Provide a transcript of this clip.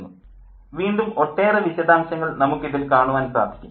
" വീണ്ടും ഒട്ടേറെ വിശദാംശങ്ങൾ നമുക്ക് ഇതിൽ കാണുവാൻ സാധിക്കും